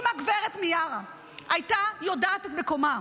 אם גב' מיארה הייתה יודעת את מקומה,